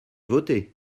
votée